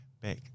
back